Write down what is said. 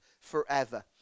forever